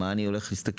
על מה אני הולך להסתכל?